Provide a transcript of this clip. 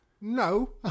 No